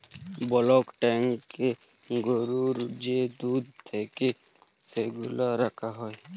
block ট্যাংকয়ে গরুর যে দুহুদ থ্যাকে সেগলা রাখা হ্যয়